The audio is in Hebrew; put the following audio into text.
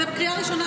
זה בקריאה ראשונה,